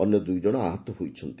ଅନ୍ୟ ଦୁଇ ଜଶ ଆହତ ହୋଇଛନ୍ତି